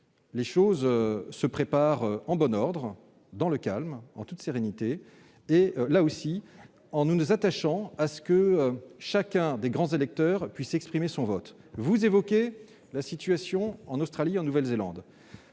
les choses se préparent en bon ordre, dans le calme, en toute sérénité. Nous nous attachons, là aussi, à ce que chacun des grands électeurs puisse exprimer son vote. Vous évoquez la situation en Australie et en Nouvelle-Zélande,